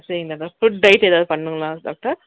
சரிங்க doctor food diet எதாவது பண்ணணுங்களா டாக்டர்